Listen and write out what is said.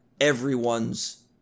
everyone's